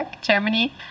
Germany